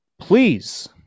Please